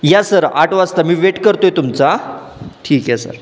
या सर आठ वाजता मी वेट करतो आहे तुमचा ठीक आहे सर